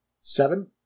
Seven